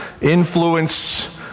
influence